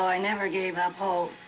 i never gave up hope